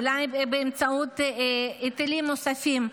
אולי באמצעות היטלים נוספים,